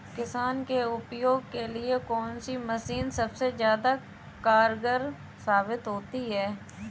किसान के उपयोग के लिए कौन सी मशीन सबसे ज्यादा कारगर साबित होती है?